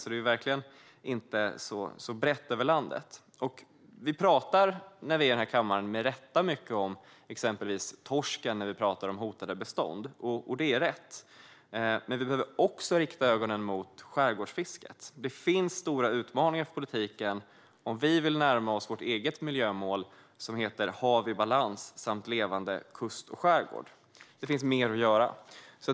Det är alltså verkligen inte särskilt väl spritt över landet. Vi talar med rätta mycket i den här kammaren om exempelvis torsken när det gäller hotade bestånd, men vi behöver också rikta ögonen mot skärgårdsfisket. Det finns stora utmaningar för politiken om vi vill närma oss vårt eget miljömål, som heter Hav i balans samt levande kust och skärgård. Det finns mer att göra.